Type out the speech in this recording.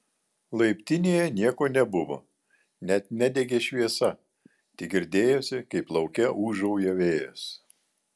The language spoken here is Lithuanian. laiptinėje nieko nebuvo net nedegė šviesa tik girdėjosi kaip lauke ūžauja vėjas